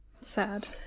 Sad